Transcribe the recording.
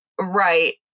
Right